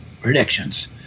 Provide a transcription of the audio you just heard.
predictions